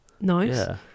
nice